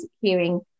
hearing